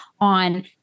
on